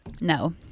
No